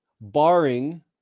Barring